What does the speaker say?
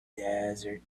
desert